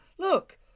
Look